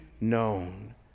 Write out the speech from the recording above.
known